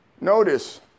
Notice